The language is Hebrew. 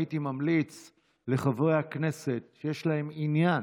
הייתי ממליץ לחברי הכנסת שיש להם עניין,